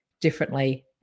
differently